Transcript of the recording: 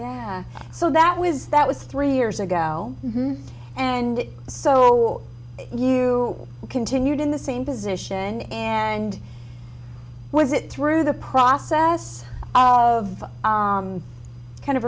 so that was that was three years ago and so you continued in the same position and was it through the process of kind of